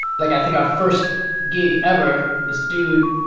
like, i think our first gig ever, this dude,